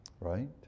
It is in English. Right